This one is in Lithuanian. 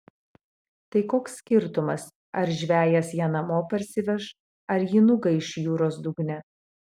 tai koks skirtumas ar žvejas ją namo parsiveš ar ji nugaiš jūros dugne